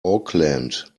auckland